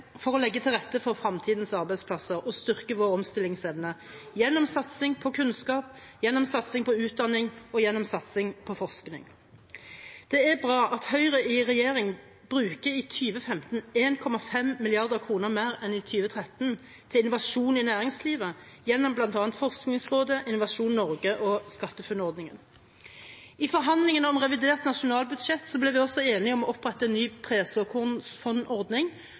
for å legge til rette for fremtidens arbeidsplasser og styrke vår omstillingsevne gjennom satsing på kunnskap, utdanning og forskning. Det er bra at Høyre i regjering bruker i 2015 1,5 mrd. kr mer enn i 2013 til innovasjon i næringslivet, gjennom bl.a. Forskningsrådet, Innovasjon Norge og SkatteFUNN-ordningen. I forhandlingene om revidert nasjonalbudsjett ble vi også enige om å opprette en ny